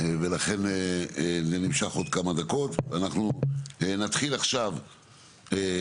כרגע הדיון הוא עד 14:00-14:30 כזה.